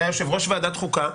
שהיה יושב-ראש ועדת החוקה,